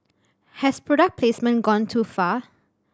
has product placement gone too far